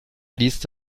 liest